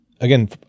Again